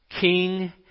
king